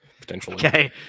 potentially